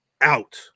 out